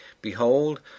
Behold